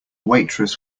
waitress